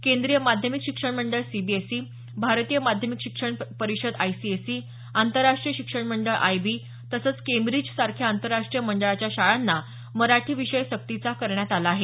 केंद्रीय माध्यमिक शिक्षण मंडळ सीबीएसई भारतीय माध्यमिक शिक्षण परिषद आयसीएसई आंतरराष्ट्रीय शिक्षण मंडळ आयबी तसंच केंब्रिजसारख्या आंतरराष्ट्रीय मंडळाच्या शाळांना मराठी विषय सक्तीचा करण्यात आला आहे